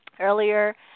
earlier